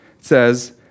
says